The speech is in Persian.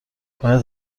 باید